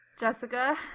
Jessica